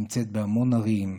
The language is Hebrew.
בהמון ערים.